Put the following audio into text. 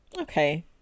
Okay